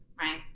right